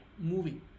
movie